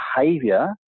behavior